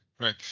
right